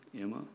Emma